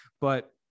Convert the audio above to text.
but-